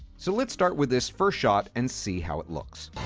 so let's start with this first shot and see how it looks.